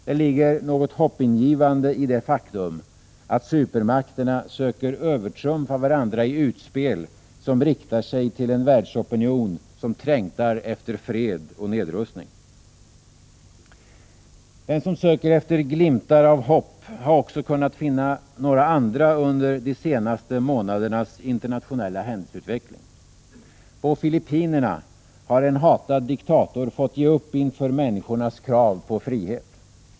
Det ligger något hoppingivande i det faktum att supermakterna söker övertrumfa varandra i utspel, som riktar sig till en världsopinion som trängtar efter fred och nedrustning. Den som söker efter glimtar av hopp har också kunnat finna en del andra under de senaste månadernas internationella händelseutveckling. På Filippinerna har en hatad diktator fått ge upp inför människornas krav på frihet.